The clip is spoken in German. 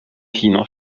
kino